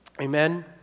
Amen